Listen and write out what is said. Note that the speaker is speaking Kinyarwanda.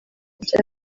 bya